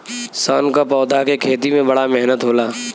सन क पौधा के खेती में बड़ा मेहनत होला